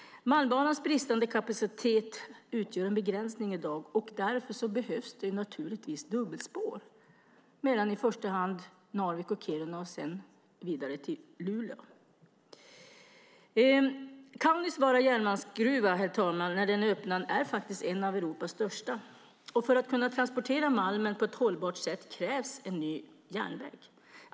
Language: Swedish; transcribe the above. Malmbanans bristande kapacitet utgör en begränsning i dag. Därför behövs naturligtvis dubbelspår mellan i första hand Narvik och Kiruna och sedan vidare till Luleå. När Kaunisvaara järnmalmsgruva öppnar, herr talman, blir den faktiskt en av Europas största. För att kunna transportera malmen på ett hållbart sätt krävs en ny järnväg.